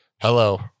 Hello